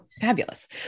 fabulous